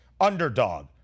underdog